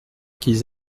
qu’ils